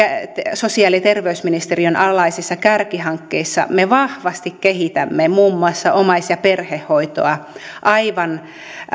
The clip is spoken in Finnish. sosiaali ja terveysministeriön alaisissa kärkihankkeissa me vahvasti kehitämme muun muassa omais ja perhehoitoa aivan